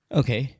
okay